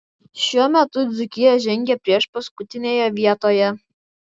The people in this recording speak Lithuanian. šiuo metu dzūkija žengia priešpaskutinėje vietoje